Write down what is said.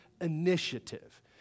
Initiative